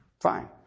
fine